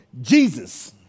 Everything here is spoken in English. Jesus